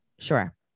sure